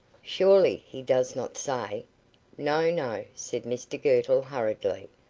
surely he does not say no, no, said mr girtle, hurriedly.